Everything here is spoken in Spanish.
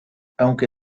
aunque